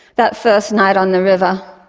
that first night on the river,